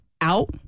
out